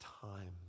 time